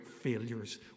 failures